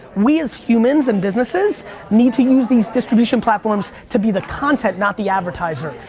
we as humans and businesses need to use these distribution platforms to be the content, not the advertiser.